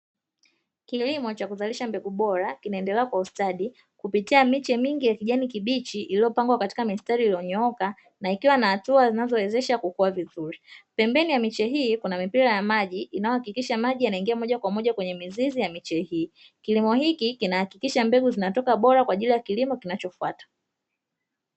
Kilimo cha kuzalisha mbegu bora kinaendelea kwa ustadi kupitia miche mingi ya kijani kibichi iliyopangwa katika mistari iliyonyooka na ikiwa na hatua zinazowezesha kukua vizuri, pembeni ya miche hii kuna mipira ya maji inayo hakikisha maji yanaingia moja kwa moja kwenye mizizi ya miche hii, kilimo hiki kinahakikisha mbegu zinatoka bora kwa ajili ya kilimo kinachofuata.